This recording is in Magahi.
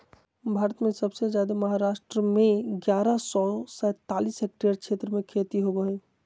भारत में सबसे जादे महाराष्ट्र में ग्यारह सौ सैंतालीस हेक्टेयर क्षेत्र में खेती होवअ हई